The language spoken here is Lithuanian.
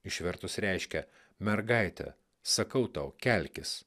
išvertus reiškia mergaite sakau tau kelkis